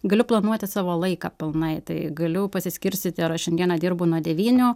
galiu planuoti savo laiką pilnai tai galiu pasiskirstyti ar aš šiandieną dirbu nuo devynių